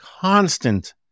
constant